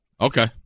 Okay